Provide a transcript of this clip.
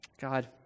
God